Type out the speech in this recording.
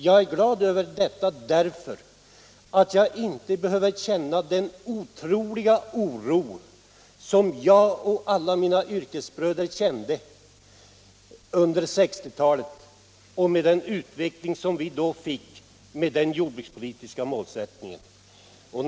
Jag är glad över detta därför att jag nu inte behöver känna den otroliga oro som jag och alla mina yrkesbröder kände under 1960-talet med den utveckling som den jordbrukspolitiska målsättningen då medförde.